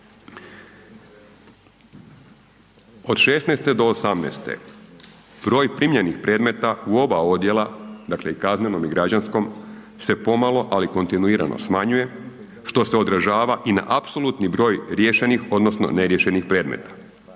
Od '16. do '18. broj primljenih predmeta u oba odjela dakle i kaznenom i građanskom se pomalo, ali kontinuirano smanjuje što se odražava i na apsolutni broj riješenih odnosno neriješenih predmeta.